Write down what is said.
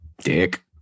Dick